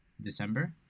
december